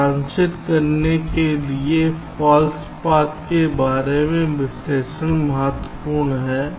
सारांशित करने के लिए फॉल्स पाथ के बारे में विश्लेषण महत्वपूर्ण है